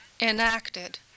enacted